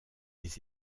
des